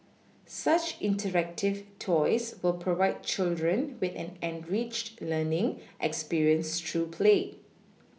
such interactive toys will provide children with an enriched learning experience through play